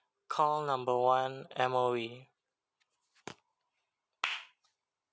call number one M_O_E